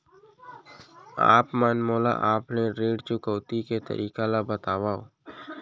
आप मन मोला ऑफलाइन ऋण चुकौती के तरीका ल बतावव?